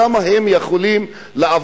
כמה מחסומים הם יכולים לעבור,